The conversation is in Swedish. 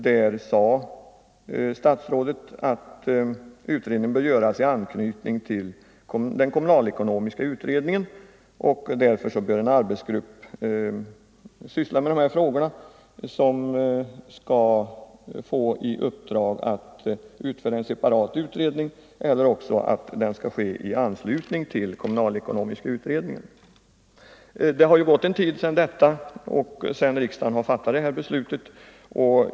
Däri sade statsrådet att utredningen skall göras i anknytning till den kommunalekonomiska utredningen, varför antingen en arbetsgrupp skall syssla med de här frågorna, eller att utredningen skall utföras av den kommunalekonomiska utredningen. Det har gått en tid sedan riksdagen fattade det beslutet.